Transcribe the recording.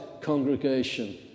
congregation